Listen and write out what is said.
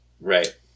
Right